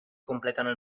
completano